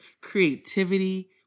creativity